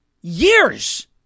years